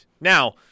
Now